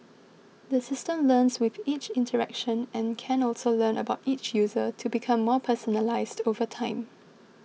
the system learns with each interaction and can also learn about each user to become more personalised over time